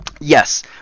Yes